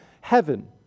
heaven